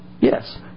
Yes